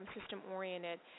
system-oriented